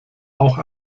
auch